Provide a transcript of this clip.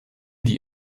die